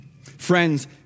Friends